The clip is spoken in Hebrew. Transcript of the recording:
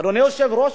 אדוני היושב-ראש,